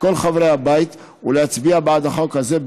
כל חברי הבית ולהצביע בעד החוק הזה,